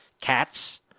cats